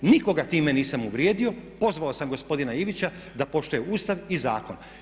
Nikoga time nisam uvrijedio, pozvao sam gospodina Ivića da poštuje Ustav i zakon.